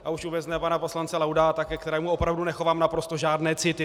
A už vůbec ne pana poslance Laudáta, ke kterému opravdu nechovám naprosto žádné city.